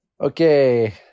Okay